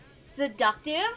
seductive